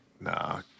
Nah